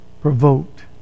provoked